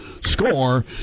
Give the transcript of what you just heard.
score